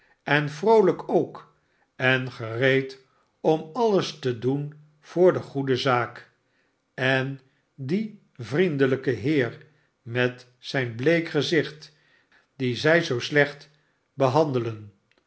en vroolijk ook en gereed om alles te doen voor de goede zaak en dien vriendelijken heer met zijn bleek gezicht dien zij zoo slecht behandelen